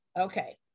Okay